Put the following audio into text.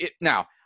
Now